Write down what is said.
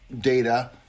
data